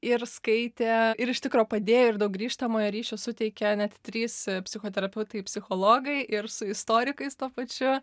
ir skaitė ir iš tikro padėjo ir daug grįžtamojo ryšio suteikė net trys psichoterapeutai psichologai ir su istorikais tuo pačiu